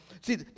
see